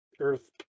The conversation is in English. Earth